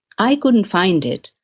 i couldn't find it.